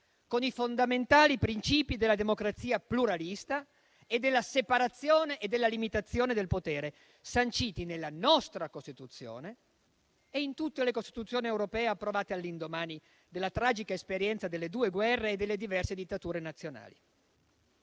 con i fondamentali princìpi della democrazia pluralista e della separazione e della limitazione del potere sanciti nella nostra Costituzione e in tutte le Costituzioni europee approvate all'indomani della tragica esperienza delle due guerre e delle diverse dittature nazionali.